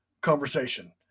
conversation